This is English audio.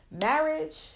Marriage